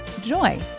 joy